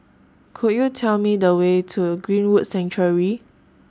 Could YOU Tell Me The Way to Greenwood Sanctuary